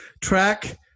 track